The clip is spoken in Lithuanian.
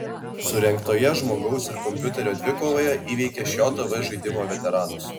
surengtoje žmogaus ir kompiuterio dvikovoje įveikė šio tv žaidimo veteranus